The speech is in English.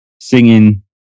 Singing